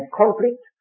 conflict